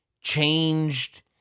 changed